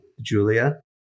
Julia